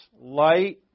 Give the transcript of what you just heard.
light